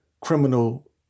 Criminal